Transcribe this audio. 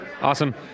awesome